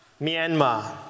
Myanmar